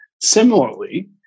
Similarly